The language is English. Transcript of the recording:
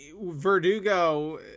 Verdugo